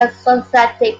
enthusiastic